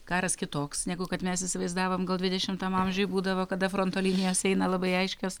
karas kitoks negu kad mes įsivaizdavom gal dvidešimtam amžiuj būdavo kada fronto linijos eina labai aiškios